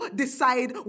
decide